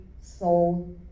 soul